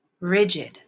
rigid